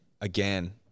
again